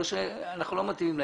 אומרת שהם לא מתאימים לעניין.